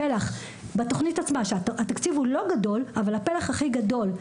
הפלח בתוכנית עצמה שהתקציב הוא לא גדול אבל הפלח הכי גדול,